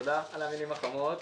תודה על המילים החמות,